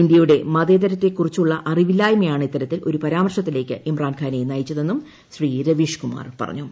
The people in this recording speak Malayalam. ഇന്ത്യയുടെ മതേതരത്തെക്കുറിച്ചുള്ള അറിവില്ലായ്മയാണ് ഇത്തരത്തിൽ ഒരു പരാമർശത്തിലേയ്ക്ക് ഇമ്രാൻഖാനെ നയിച്ച തെന്നും രവീഷ്കുമാർ പറഞ്ഞു